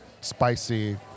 spicy